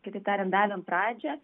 kitaip tariant davėm pradžią